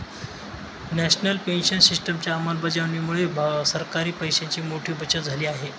national pension सिस्टिमच्या अंमलबजावणीमुळे सरकारी पैशांची मोठी बचत झाली आहे